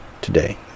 today